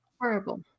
Horrible